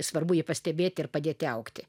svarbu jį pastebėti ir padėti augti